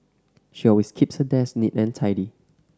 she always keeps her desk neat and tidy